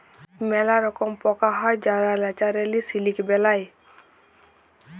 ম্যালা রকম পকা হ্যয় যারা ল্যাচারেলি সিলিক বেলায়